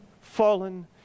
fallen